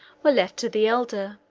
were left to the elder,